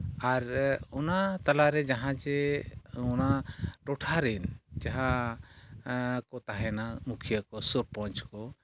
ᱟᱨ ᱚᱱᱟ ᱛᱟᱞᱟᱨᱮ ᱡᱟᱦᱟᱸ ᱡᱮ ᱚᱱᱟ ᱴᱚᱴᱷᱟ ᱨᱮᱱ ᱡᱟᱦᱟᱸ ᱠᱚ ᱛᱟᱦᱮᱱᱟ ᱢᱩᱠᱷᱤᱭᱟᱹ ᱠᱚ ᱥᱚᱨᱯᱚᱧᱡᱽ ᱠᱚ